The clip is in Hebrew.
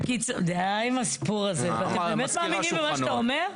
די עם הסיפור הזה, אתה באמת מאמין למה שאתה אומר?